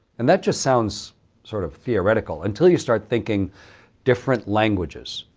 and that just sounds sort of theoretical, until you start thinking different languages,